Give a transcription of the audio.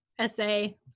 essay